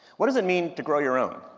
what does it mean to grow your own?